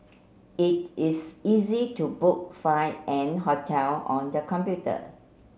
it is easy to book flight and hotel on the computer